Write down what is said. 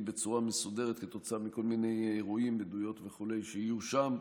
בצורה מסודרת בשל כל מיני אירועים ועדויות שיהיו שם.